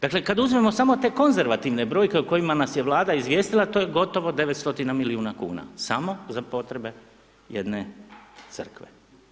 Dakle, kad uzmemo samo te konzervativne brojke o kojima nas je Vlada izvijestila to je gotovo 900 milijuna kuna, samo za potrebe jedne crkve.